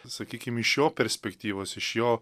sakykim iš jo perspektyvos iš jo